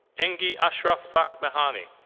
engy ashraf fak mehany.